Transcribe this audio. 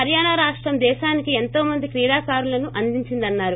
హరియాణా రాష్టం దేశానికి ఎంతోమంది క్రీడాకారులను అందించిందన్నారు